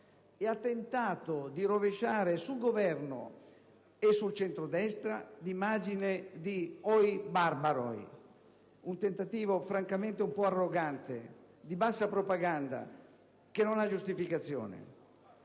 ed ha tentato di rovesciare sul Governo e sul centrodestra l'immagine di oi barbaroi, un tentativo francamente un po' arrogante, di bassa propaganda, che non ha giustificazione.